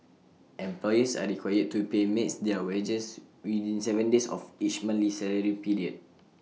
employers are required to pay maids their wages within Seven days of each monthly salary period